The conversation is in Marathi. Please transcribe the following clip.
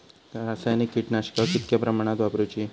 रासायनिक कीटकनाशका कितक्या प्रमाणात वापरूची?